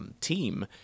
Team